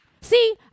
See